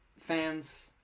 Fans